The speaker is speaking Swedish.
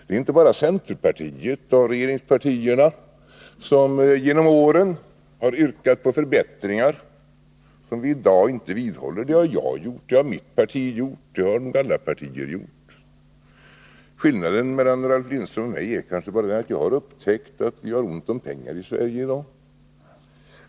Det är inte bara centerpartiet av regeringspartierna som genom åren har yrkat på förbättringar som vi i dag inte vidhåller. Det har jag gjort, det har mitt parti gjort, det har nog alla partier gjort. Skillnaden mellan Ralf Lindström och mig är kanske bara den att jag har upptäckt att vi har ont om pengar i Sverige i dag.